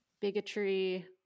bigotry